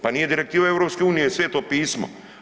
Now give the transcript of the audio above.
Pa nije direktiva EU-a Sveto pismo.